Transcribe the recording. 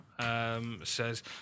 says